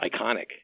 iconic